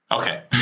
Okay